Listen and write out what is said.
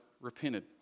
repented